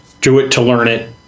do-it-to-learn-it